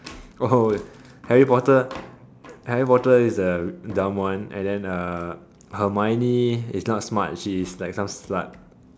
oh Harry Potter Harry Potter is the dumb one and then uh Hermoine is not smart she is like some slut